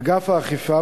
אגף האכיפה,